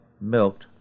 milked